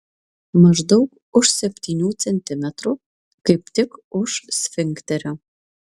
maždaug už septynių centimetrų kaip tik už sfinkterio